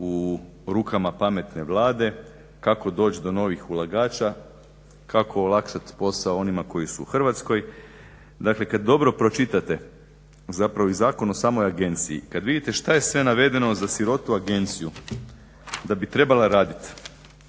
u rukama pametne Vlade kako doći do novih ulagača, kako olakšat posao onima koji su u Hrvatskoj. Dakle kad dobro pročitate zapravo i zakon o samoj agenciji, kad vidite šta je sve navedeno za sirotu agenciju da bi trebala radit,